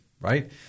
right